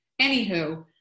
anywho